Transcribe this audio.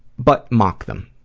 but mock them.